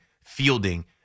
fielding